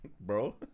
bro